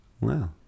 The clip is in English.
Wow